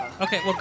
Okay